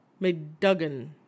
McDuggan